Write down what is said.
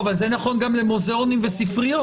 זה נכון גם למוזיאונים וספריות.